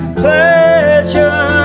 pleasure